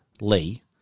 Lee